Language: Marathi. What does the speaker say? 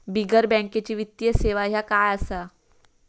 बिगर बँकेची वित्तीय सेवा ह्या काय असा?